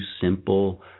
simple